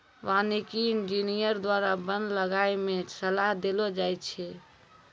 वानिकी इंजीनियर द्वारा वन लगाय मे सलाह देलो जाय छै